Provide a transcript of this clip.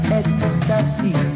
ecstasy